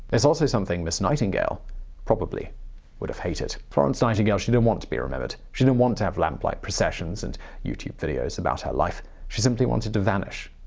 it's also something miss nightingale probably would have hated. florence nightingale didn't want to be remembered. she didn't want to have lamplight processions and youtube videos about her life. she simply wanted to vanish.